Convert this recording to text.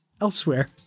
elsewhere